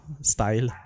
style